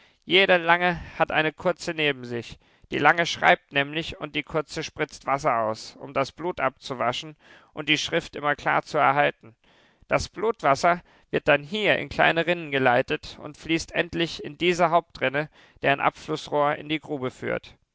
jede lange hat eine kurze neben sich die lange schreibt nämlich und die kurze spritzt wasser aus um das blut abzuwaschen und die schrift immer klar zu erhalten das blutwasser wird dann hier in kleine rinnen geleitet und fließt endlich in diese hauptrinne deren abflußrohr in die grube führt